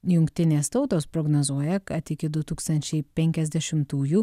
jungtinės tautos prognozuoja kad iki du tūkstančiai penkiasdešimtųjų